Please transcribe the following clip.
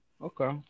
Okay